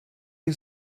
you